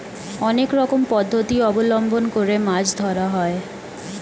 অনেক রকম পদ্ধতি অবলম্বন করে মাছ ধরা হয়